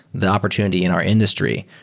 the opportunity in our industry,